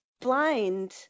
blind